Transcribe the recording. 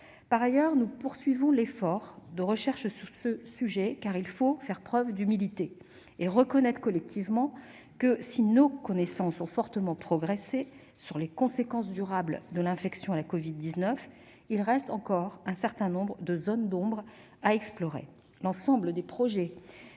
être déployées. Nous poursuivons également l'effort de recherche sur ce sujet, car il faut faire preuve d'humilité et reconnaître collectivement que, si nos connaissances ont fortement progressé sur les conséquences durables de l'infection à la covid-19, il reste encore un certain nombre de zones d'ombre à explorer. L'ensemble des projets